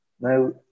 Now